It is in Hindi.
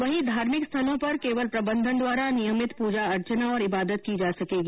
वहीं धार्मिक स्थलों पर केवल प्रबंधन द्वारा नियमित पूजा अर्चना और इबादत की जा सकेगी